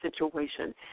situation